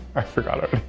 i forgot ah